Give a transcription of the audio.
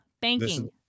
Banking